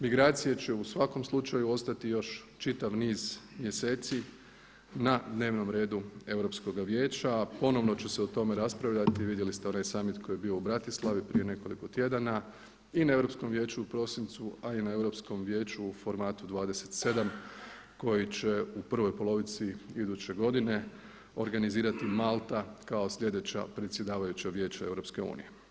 Migracije će u svakom slučaju ostati još čitav niz mjeseci na dnevnom redu Europskoga vijeća, a ponovno će se o tome raspravljati, vidjeli ste onaj summit koji je bio u Bratislavi prije nekoliko tjedana i na Europskom vijeću u prosincu, a i na Europskom vijeću u formatu 27 koji će u prvoj polovici iduće godine organizirati Malta kao sljedeća predsjedavajuća Vijeća EU.